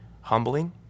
humbling